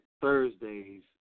Thursday's